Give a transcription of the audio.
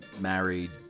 married